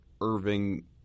Irving